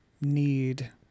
need